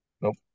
Nope